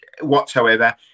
whatsoever